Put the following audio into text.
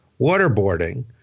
waterboarding